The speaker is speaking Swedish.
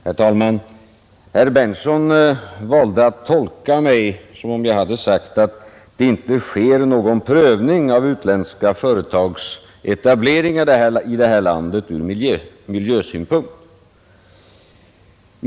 Herr talman! Herr Berndtson i Linköping valde att tolka mig som om jag hade sagt att det inte sker någon prövning av utländska företags etablering i det här landet ur miljösynpunkt.